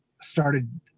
started